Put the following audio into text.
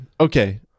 okay